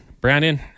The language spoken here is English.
Brandon